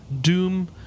Doom